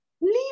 leave